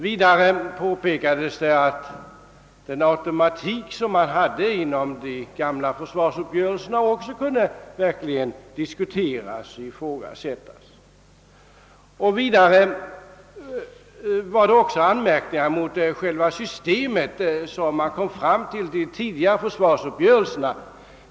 Vidare påpekade vi att automatiken i de gamla försvarsuppgörelserna kunde ifrågasättas. Slutligen anmärkte vi mot själva systemet i de tidigare försvarsuppgörelserna.